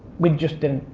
we just didn't,